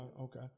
okay